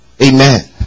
Amen